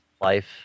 life